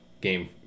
game